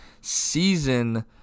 season